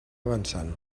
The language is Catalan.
avançant